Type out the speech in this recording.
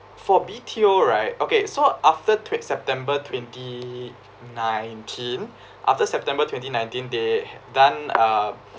for B_T_O right okay so after tw~ september twenty nineteen after september twenty nineteen they done uh